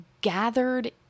gathered